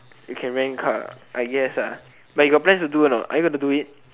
you can rent car I guess lah but you got plans to do or not are you gonna do it